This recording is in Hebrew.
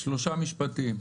שלושה משפטים.